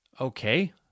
Okay